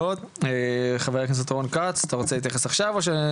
חבר הכנסת רון כץ, בבקשה.